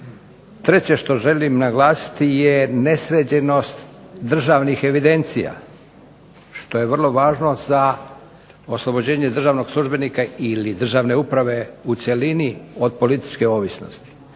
Treće što želim naglasiti je nesređenost državnih evidencija, što je vrlo važno za oslobođenje državnog službenika ili državne uprave u cjelini od političke ovisnosti.